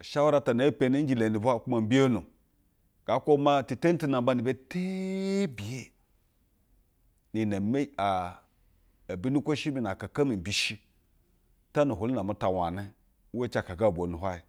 Ushawura ata na emoeni nje ule nu bwa kuma mbiyono ngaa kwube maa titeni te namba ni be teiye ni iyi eme aa, ogwunu kwoshi mi na akaka mi mbishi taa na ahwlu no amuta wane, uwa ci aka ga bwonu hwayɛ